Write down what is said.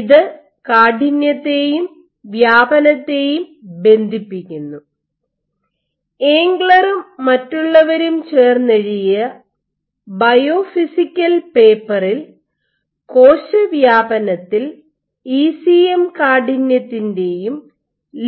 ഇത് കാഠിന്യത്തെയും വ്യാപനത്തെയും ബന്ധിപ്പിക്കുന്നു ഇംഗ്ളറും മറ്റുള്ളവരും ചേർന്നെഴുതിയ ബയോഫിസിക്കൽ പേപ്പറിൽ കോശവ്യാപനത്തിൽ ഇസിഎം കാഠിന്യത്തിന്റെയും